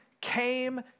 came